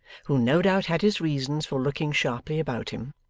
who no doubt had his reasons for looking sharply about him,